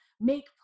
make